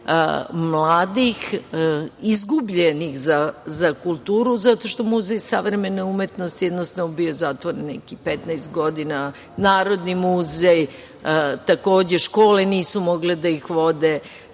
mladih izgubljenih za kulturu zato što Muzej savremene umetnosti je jednostavno bio zatvoren nekih 15 godina, Narodni muzej takođe. Škole nisu mogle da ih vode